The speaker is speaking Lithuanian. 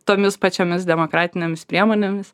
tomis pačiomis demokratinėmis priemonėmis